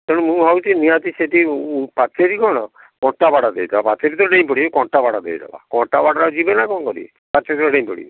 ତେଣୁ ମୁଁ ଭାବୁଛି ନିହାତି ସେଠି ପାଚେରୀ କ'ଣ କଣ୍ଟା ବାଡ଼ା ଦେଇ ଦେବା ପାଚେରୀ ତ ଡେଇଁ ପଡ଼ିବେ କଣ୍ଟା ବାଡ଼ା ଦେଇ ଦେବା କଣ୍ଟା ବାଡ଼ା ଯିବେ ନା କ'ଣ କରିବେ ପାଚେରୀ ତ ଡେଇଁ ପଡ଼ିବେ